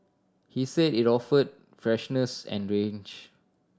he said it offered freshness and range